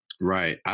right